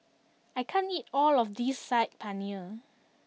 I can't eat all of this Saag Paneer